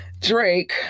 Drake